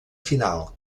final